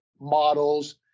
models